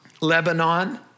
Lebanon